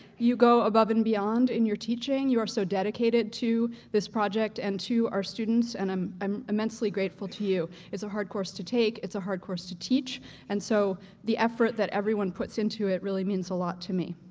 you go above and beyond in your teaching. you are so dedicated to this project and to our students and i'm i'm immensely grateful to you. it's a hard course to take, it's a hard course to teach and so the effort that everyone puts into it really means a lot to me.